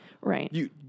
Right